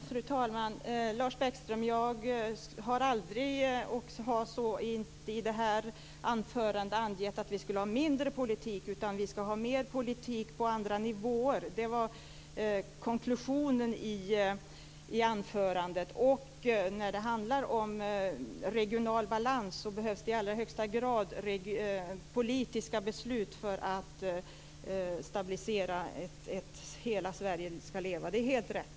Fru talman! Lars Bäckström! Jag har aldrig - inte heller i det här anförandet - angett att vi skulle ha mindre politik. Vi skall ha mer politik på andra nivåer. Det var konklusionen i anförandet. När det handlar om regional balans behövs det i allra högsta grad politiska beslut för att man skall kunna stabilisera och låta hela Sverige leva. Det är helt rätt.